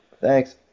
Thanks